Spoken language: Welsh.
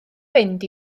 fynd